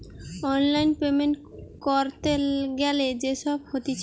online payment ক্যরতে গ্যালে যে সব হতিছে